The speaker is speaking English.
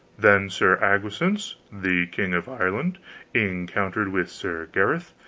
then sir agwisance the king of ireland encountered with sir gareth,